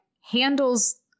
handles